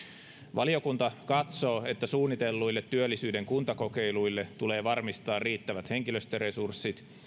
valiokunta katsoo että suunnitelluille työllisyyden kuntakokeiluille tulee varmistaa riittävät henkilöstöresurssit